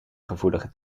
gevoelige